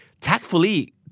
Tactfully